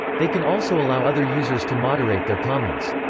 they can also allow other users to moderate their comments.